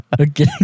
Okay